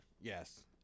Yes